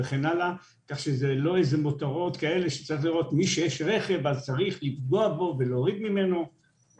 כך שזה לא מותרות שמי שיש לו רכב צריך לפגוע בו ולהוריד ממנו את הקצבה.